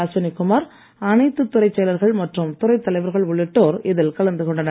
அஸ்வினி குமார் அனைத்து துறை செயலர்கள் மற்றும் துறைத் தலைவர்கள் உள்ளிட்டோர் இதில் கலந்து கொண்டனர்